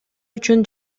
үчүн